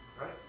Right